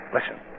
Listen